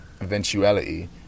eventuality